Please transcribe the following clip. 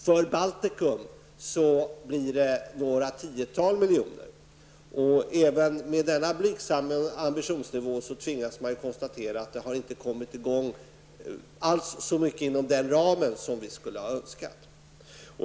För Baltikum blir det några tiotal miljoner. Även med denna blygsamma ambitionsnivå tvingas man konstatera att det inte alls har kommit i gång så mycket inom den ramen som vi skulle ha önskat.